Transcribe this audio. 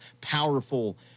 powerful